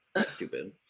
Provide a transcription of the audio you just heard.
stupid